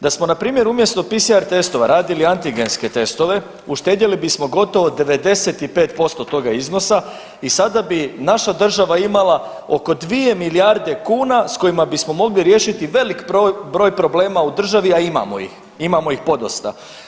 Da smo npr. umjesto PCR testova radili antigenske testove uštedjeli bismo gotovo 95% toga iznosa i sada bi naša država imala oko 2 milijarde kuna s kojima bismo mogli riješiti velik broj problema u državi, a imamo ih, imamo ih podosta.